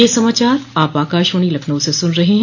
ब्रे क यह समाचार आप आकाशवाणी लखनऊ से सुन रहे हैं